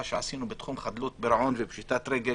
שעשינו בתחום חדלות פירעון ופשיטת רגל